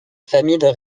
familles